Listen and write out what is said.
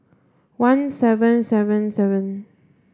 one seven seven seven